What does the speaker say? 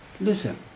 Listen